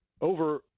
over